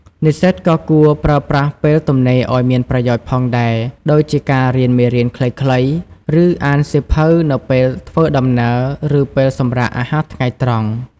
និស្សិតក៏គួរប្រើប្រាស់ពេលទំនេរឲ្យមានប្រយោជន៍ផងដែរ ដូចជាការរៀនមេរៀនខ្លីៗ ឬអានសៀវភៅនៅពេលធ្វើដំណើរ ឬពេលសម្រាកអាហារថ្ងៃត្រង់។